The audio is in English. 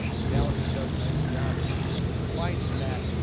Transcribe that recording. mcalister does a nice job of finding that